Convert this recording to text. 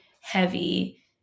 heavy